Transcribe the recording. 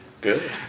good